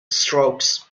strokes